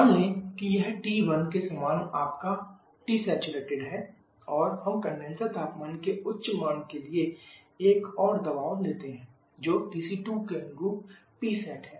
मान लें कि यह T1 के समान आपका Tsat है और हम कंडेनसर तापमान के उच्च मान के लिए एक और दबाव लेते हैं जो TC2 के अनुरूप Psat है